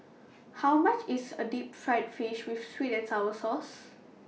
How much IS A Deep Fried Fish with Sweet and Sour Sauce